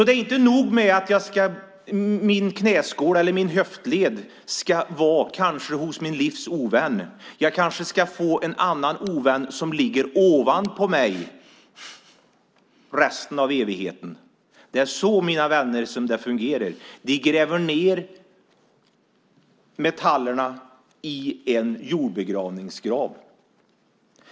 Det är inte nog med att min höftled kanske ska vara hos mitt livs ovän - kanske en annan ovän kommer att ligga ovanpå mig resten av evigheten. Det är så det fungerar, mina vänner. Vi gräver ned metallerna i en jordbegravningsgrav.